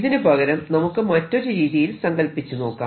ഇതിനു പകരം നമുക്ക് മറ്റൊരു രീതിയിൽ സങ്കൽപ്പിച്ചു നോക്കാം